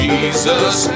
Jesus